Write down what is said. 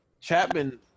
Chapman